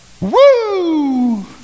Woo